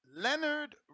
Leonard